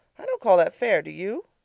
i don't call that fair, do you?